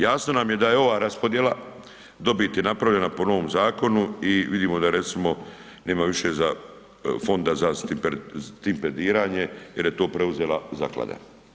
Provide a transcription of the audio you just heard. Jasno nam je da je ova raspodjela dobiti napravljena po novom zakonu i vidimo da recimo nema više za, Fonda za stipendiranje jer je to preuzela Zaklada.